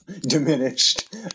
diminished